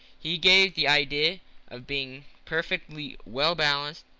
he gave the idea of being perfectly well-balanced,